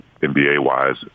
NBA-wise